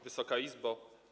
Wysoka Izbo!